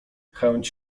chęć